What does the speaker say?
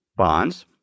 bonds